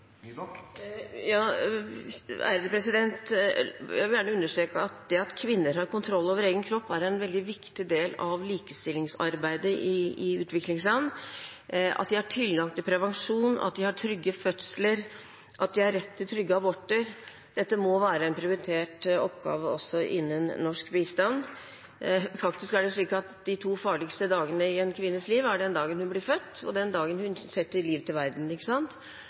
Jeg vil gjerne understreke at det at kvinner har kontroll over egen kropp, er en veldig viktig del av likestillingsarbeidet i utviklingsland. At de har tilgang til prevensjon, at de har trygge fødsler, at de har rett til trygge aborter, må være en prioritert oppgave også innen norsk bistand. Faktisk er det slik at de to farligste dagene i en kvinnes liv, er den dagen hun blir født, og den dagen hun setter liv til verden.